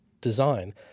design